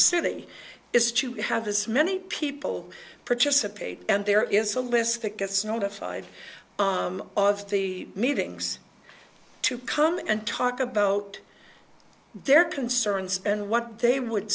city is to have as many people participate and there is a list that gets notified of the meetings to come and talk about their concerns and what they would